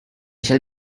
shall